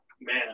Man